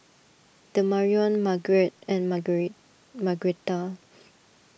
Demarion Margret and Margretta